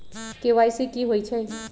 KYC कि होई छई?